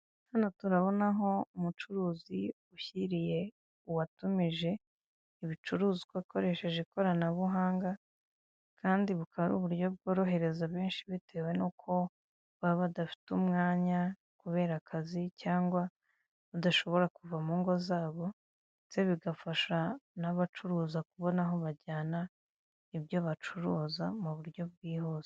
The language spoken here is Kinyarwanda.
Hano turabonaho umucuruzi ushyiriye uwatumije ibicuruzwa akoresheje ikoranabuhanga kandi bukaba ari uburyo bworohereza benshi bitewe n'uko baba badafite umwanya kubera akazi cyangwa badashobora kuva mu ngo zabo ndetse bigafasha n'abacuruza kubona aho bajyana ibyo bacuruza mu buryo bwihuse.